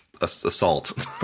assault